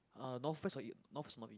uh north west or